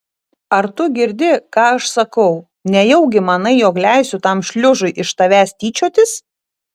ar tu girdi ką aš sakau nejaugi manai jog leisiu tam šliužui iš tavęs tyčiotis